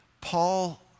Paul